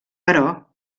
però